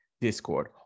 Discord